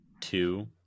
two